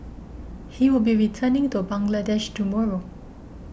he will be returning to Bangladesh tomorrow